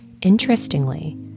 interestingly